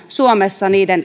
suomessa niiden